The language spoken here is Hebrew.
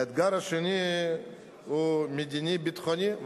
האתגר השני הוא מדיני-ביטחוני,